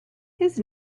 his